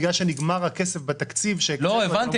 בגלל שנגמר הכסף בתקציב --- הבנתי,